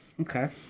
Okay